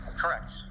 Correct